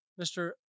Mr